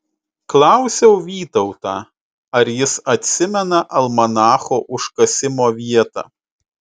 klausiau vytautą ar jis atsimena almanacho užkasimo vietą